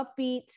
upbeat